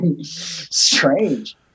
Strange